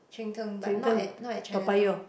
Cheng-Teng but not at not at Chinatown